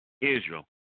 Israel